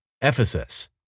Ephesus